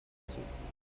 lassen